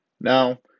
Now